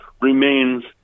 remains